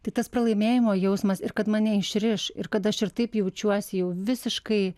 tai tas pralaimėjimo jausmas ir kad mane išriš ir kad aš ir taip jaučiuosi jau visiškai